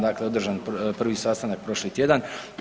Dakle, održan prvi sastanak prošli tjedan.